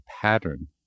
pattern